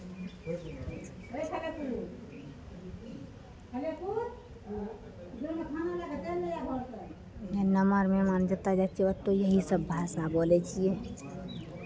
हमे ने मेहमान जतय जाइ छियै ओतहि यहीसभ भाषा बोलै छियै